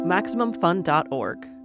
MaximumFun.org